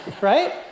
Right